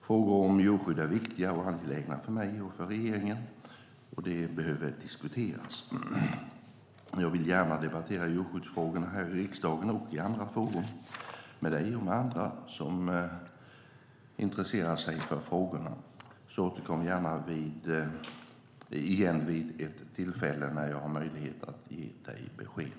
Frågor om djurskydd är viktiga och angelägna för mig och för regeringen, och de behöver diskuteras. Jag vill gärna debattera djurskyddsfrågorna här i riksdagen och i andra forum med Jens Holm och med andra som intresserar sig för frågorna. Återkom därför gärna vid ett tillfälle när jag har möjlighet att ge besked.